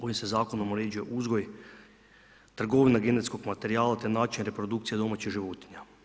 Ovim se Zakonom uređuje uzgoj, trgovina genetskog materijala, te način reprodukcije domaćih životinja.